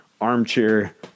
Armchair